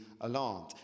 alarmed